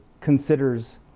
considers